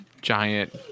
giant